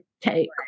take